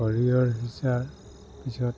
সৰিয়হৰ সিঁচাৰ পিছত